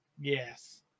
Yes